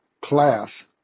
class